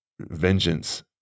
vengeance